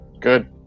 Good